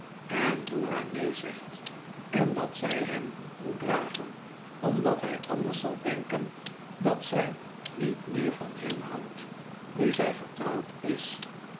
en dora neen zegt en dat zij hem moet dragen omdat hij anders zal denken dat zij niet meer van hem houdt nu zij getrouwd is